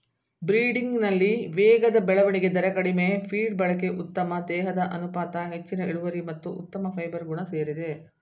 ಬ್ರೀಡಿಂಗಲ್ಲಿ ವೇಗದ ಬೆಳವಣಿಗೆ ದರ ಕಡಿಮೆ ಫೀಡ್ ಬಳಕೆ ಉತ್ತಮ ದೇಹದ ಅನುಪಾತ ಹೆಚ್ಚಿನ ಇಳುವರಿ ಮತ್ತು ಉತ್ತಮ ಫೈಬರ್ ಗುಣ ಸೇರಿದೆ